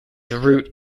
root